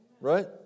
right